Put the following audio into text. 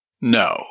No